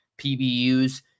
PBUs